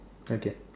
okay